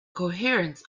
coherence